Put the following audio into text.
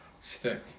stick